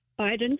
Biden